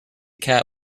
cat